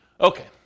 Okay